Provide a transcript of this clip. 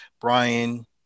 brian